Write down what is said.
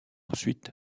ensuite